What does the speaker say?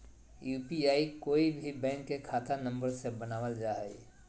UPI कोय भी bank के खाता नंबर से बनावल जा हइ